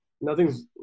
nothing's